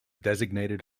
designated